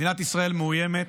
מדינת ישראל מאוימת